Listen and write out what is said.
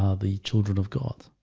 ah the children of god